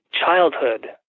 childhood